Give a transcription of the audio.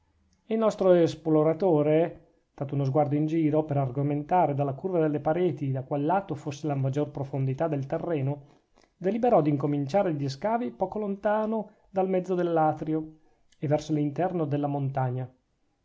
il nostro esploratore dato uno sguardo in giro per argomentare dalla curva delle pareti da qual lato fosse la maggior profondità del terreno deliberò d'incominciare gli scavi poco lontano dal mezzo dell'atrio e verso l'interno della montagna